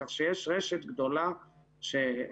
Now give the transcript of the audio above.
כך שיש רשת גדולה שפועלת.